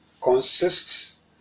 consists